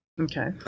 Okay